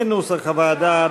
כנוסח הוועדה,